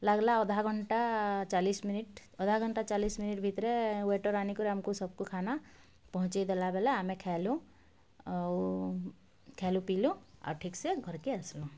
ଲାଗ୍ଲା ଅଧା ଘଣ୍ଟା ଚାଲିଶ୍ ମିନିଟ୍ ଅଧା ଘଣ୍ଟା ଚାଲିଶ୍ ମିନିଟ୍ ଭିତ୍ରେ ୱେଟର୍ ଆଣିକରି ଆମ୍କୁ ସବ୍କୁ ଖାନା ପହଞ୍ଚେଇ ଦେଲା ବେଲେ ଆମେ ଖାଏଲୁ ଆଉ ଖାଏଲୁ ପିଇଲୁ ଆଉ ଠିକ୍ସେ ଘର୍କେ ଆସ୍ଲୁ